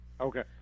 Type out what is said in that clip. Okay